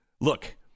Look